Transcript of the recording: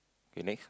K next